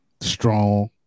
strong